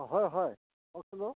অঁ হয় হয় কওকচোন বাৰু